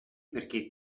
perché